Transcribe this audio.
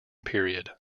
period